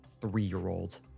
three-year-old